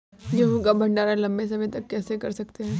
गेहूँ का भण्डारण लंबे समय तक कैसे कर सकते हैं?